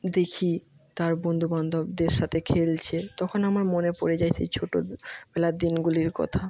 দেখি তার বন্ধুবান্ধবদের সাথে খেলছে তখন আমার মনে পড়ে যায় সেই ছোটো বেলার দিনগুলির কথা